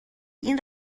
این